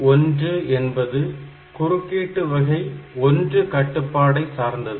IT1 என்பது குறுக்கீட்டு வகை 1 கட்டுப்பாடை சார்ந்தது